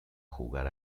jugar